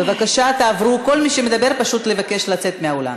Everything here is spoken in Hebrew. בבקשה תעברו, כל מי שמדבר, פשוט לבקש לצאת מהאולם.